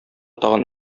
тагын